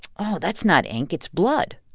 oh, that's not ink. it's blood.